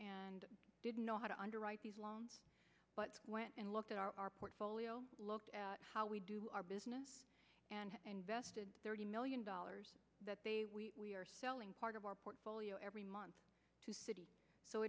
and didn't know how to underwrite these loans but went and looked at our portfolio looked at how we do our business and vested thirty million dollars that they we are selling part of our portfolio every month to citi so